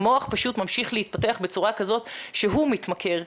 המוח פשוט ממשיך להתפתח בצורה כזאת שהוא מתמכר,